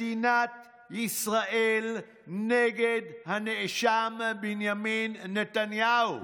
מדינת ישראל נגד הנאשם בנימין נתניהו.